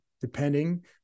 depending